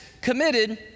committed